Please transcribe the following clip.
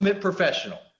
professional